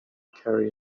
carry